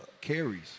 carries